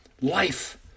life